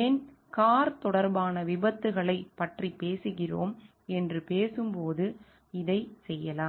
ஏன் கார் தொடர்பான விபத்துகளைப் பற்றி பேசுகிறோம் என்று பேசும்போது இதைச் செய்யலாம்